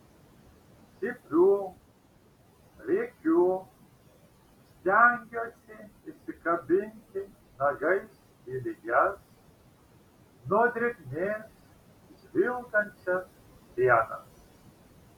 cypiu rėkiu stengiuosi įsikabinti nagais į lygias nuo drėgmės žvilgančias sienas